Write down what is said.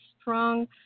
strong